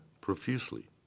profusely